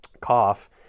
cough